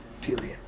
period